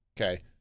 okay